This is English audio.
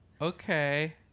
Okay